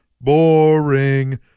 Boring